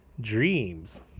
Dreams